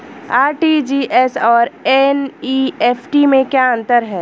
RTGS और NEFT में क्या अंतर है?